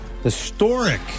Historic